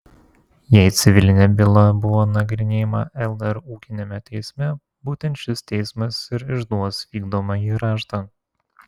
jei civilinė byla buvo nagrinėjama lr ūkiniame teisme būtent šis teismas ir išduos vykdomąjį raštą